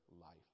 life